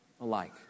alike